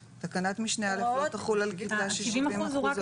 תקנת משנה (א) לא תחול על כיתה של 70% או יותר מתלמידיה.